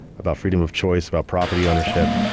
about freedom of choice, about property ownership,